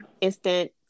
instant